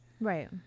Right